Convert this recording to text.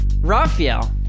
Raphael